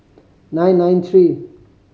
nine nine three